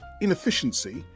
inefficiency